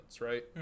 right